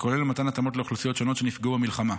וכולל מתן התאמות לאוכלוסיות שונות שנפגעו במלחמה.